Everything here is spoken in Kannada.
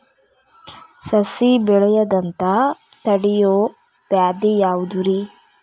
ಸಸಿ ಬೆಳೆಯದಂತ ತಡಿಯೋ ವ್ಯಾಧಿ ಯಾವುದು ರಿ?